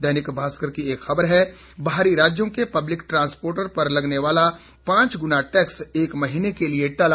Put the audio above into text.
दैनिक भास्कर की एक खबर है बाहरी राज्यों के पब्लिक ट्रांस्पोर्टर पर लगने वाला पांच गुना टैक्स एक महीने के लिए टला